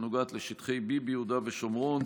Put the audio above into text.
שנוגעת לשטחי B ביהודה ושומרון.